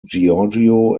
giorgio